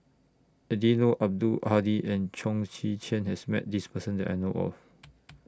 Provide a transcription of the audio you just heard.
Eddino Abdul Hadi and Chong Tze Chien has Met This Person that I know of